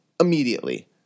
immediately